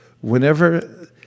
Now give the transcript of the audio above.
Whenever